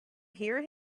hear